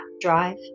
Drive